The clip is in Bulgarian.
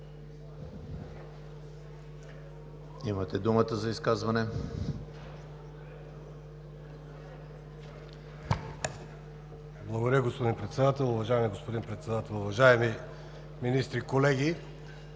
имате думата за изказване.